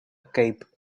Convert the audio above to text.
cape